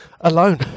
alone